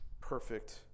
perfect